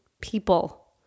people